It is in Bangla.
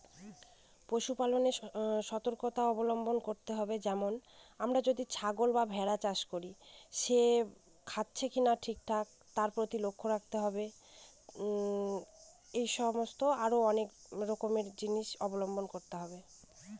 পশুপালন এ কি কি সর্তকতা অবলম্বন করতে হবে?